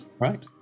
right